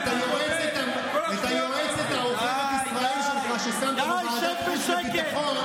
את היועצת העוכרת ישראל שלך ששמת בוועדת החוץ והביטחון,